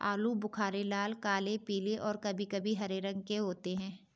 आलू बुख़ारे लाल, काले, पीले और कभी कभी हरे रंग के होते हैं